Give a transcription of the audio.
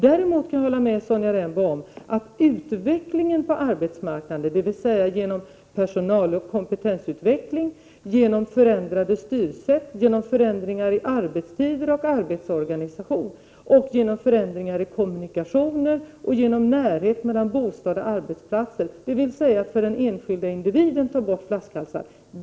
Däremot kan jag hålla med Sonja Rembo om att utvecklingen på arbetsmarknaden, dvs. genom personaloch kompetensutveckling, genom förändrade styrsätt, genom förändringar i arbetstider och arbetsorganisation och genom förändringar i kommunikationer samt genom närhet mellan bostäder och arbetsplatser — dvs. för den enskilda individen — tar bort flaskhalsar.